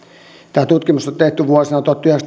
tämä tutkimus on tehty vuosina